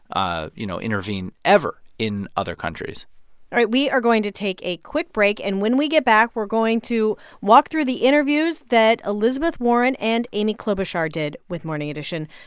ah you know, intervene ever in other countries all right. we are going to take a quick break. and when we get back, we're going to walk through the interviews that elizabeth warren and amy klobuchar did with morning edition.